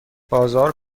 بازار